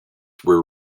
were